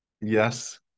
Yes